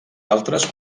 altres